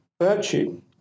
virtue